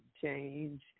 change